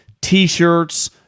t-shirts